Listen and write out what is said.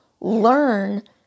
learn